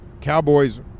Cowboys